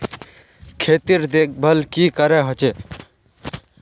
खेतीर देखभल की करे होचे?